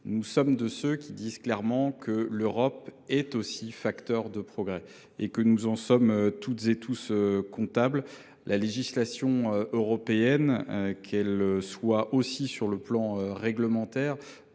nous sommes de ceux qui estiment que l’Europe est aussi facteur de progrès et que nous en sommes toutes et tous comptables. La législation européenne, que ce soit au travers de règlements